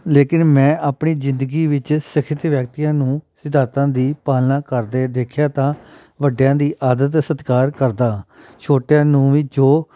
ਲੇਕਿਨ ਮੈਂ ਆਪਣੀ ਜ਼ਿੰਦਗੀ ਵਿੱਚ ਸਿਖਿਅਤ ਵਿਅਕਤੀਆਂ ਨੂੰ ਸਿਧਾਂਤਾਂ ਦੀ ਪਾਲਣਾ ਕਰਦੇ ਦੇਖਿਆ ਤਾਂ ਵੱਡਿਆਂ ਦੀ ਆਦਰ ਸਤਿਕਾਰ ਕਰਦਾ ਛੋਟਿਆਂ ਨੂੰ ਵੀ ਜੋ